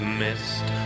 mist